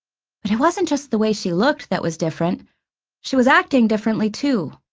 but it wasn't just the way she looked that was different she was acting differently, too.